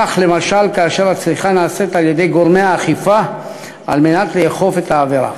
למשל כאשר הצריכה נעשית על-ידי גורמי האכיפה על מנת לאכוף את העבירה.